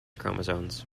chromosomes